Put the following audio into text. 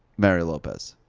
mario lopez.